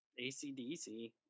ACDC